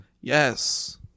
Yes